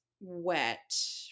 wet